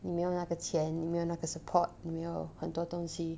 你没有那个钱你没有那个 support 你没有很多东西